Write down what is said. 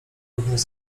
również